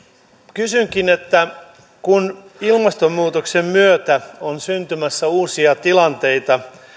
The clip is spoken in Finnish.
kysynkin että kun ilmastonmuutoksen myötä on syntymässä uusia tilanteita